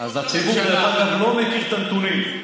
אז הציבור לא מכיר את הנתונים.